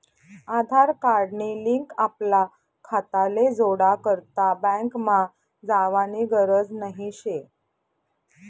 आधार card नी link आपला खाताले जोडा करता बँकमा जावानी गरज नही शे